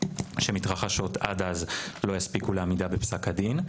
שמתרחשות עד אז לא יספיקו לעמידה בפסק הדין.